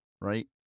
Right